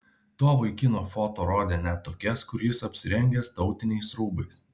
to vaikino foto rodė net tokias kur jis apsirengęs tautiniais rūbais